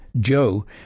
Joe